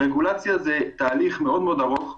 אנחנו מכירים את הפעילות הזאת.